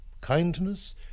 kindness